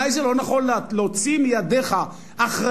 אולי זה לא נכון להוציא מידך אחריות,